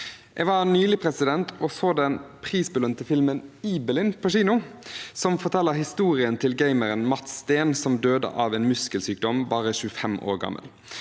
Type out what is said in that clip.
Jeg var nylig og så den prisbelønte filmen Ibelin på kino, som forteller historien til gameren Mats Steen, som døde av en muskelsykdom bare 25 år gammel.